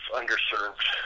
underserved